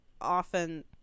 often